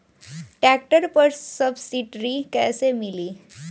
Tractor पर subsidy कैसे मिली?